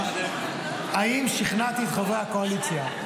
האם שכנעתי את חברי הקואליציה?